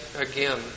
again